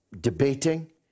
debating